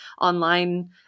online